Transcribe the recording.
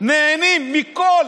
נהנים מכל,